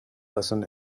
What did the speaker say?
lesson